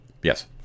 Yes